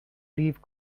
leave